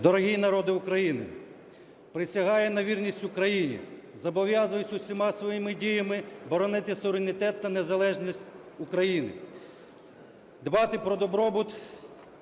Дорогий народе України! Присягаю на вірність Україні. Зобов'язуюся усіма своїми діями боронити суверенітет та незалежність України, дбати про добробут